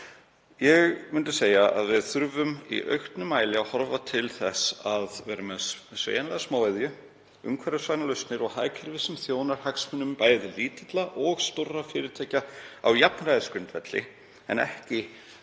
Ég myndi segja að við þyrftum í auknum mæli að horfa til þess að vera með sveigjanlega smáiðju, umhverfisvænar lausnir og hagkerfi sem þjónar hagsmunum bæði lítilla og stórra fyrirtækja á jafnræðisgrundvelli, en að ekki